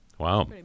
Wow